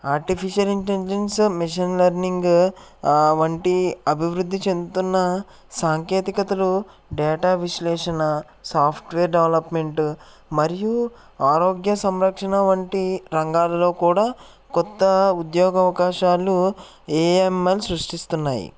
artificial intelligence machine learning వంటి అభివృద్ధి చెందుతున్న సాంకేతికతలు డేటా విశ్లేషణ సాఫ్ట్వేర్ డెవలప్మెంటు మరియు ఆరోగ్య సంరక్షణ వంటి రంగాలలో కూడా కొత్త ఉద్యోగ అవకాశాలు ఏఐ ఎంఎల్ సృష్టిస్తున్నాయి